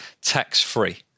tax-free